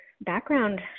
background